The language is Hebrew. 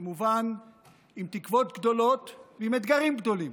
עם תקוות גדולות ועם אתגרים גדולים.